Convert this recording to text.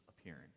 appearing